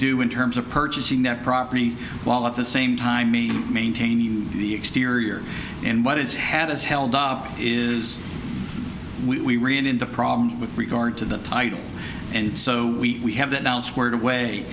do in terms of purchasing that property while at the same time maintaining the exterior and what is had is held up is we ran into problems with regard to the title and so we have that now squared away